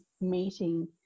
meeting